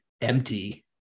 empty